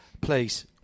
Please